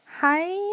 Hi